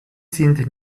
sind